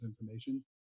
information